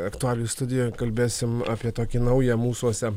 aktualijų studijoj kalbėsim apie tokį naują mūsuose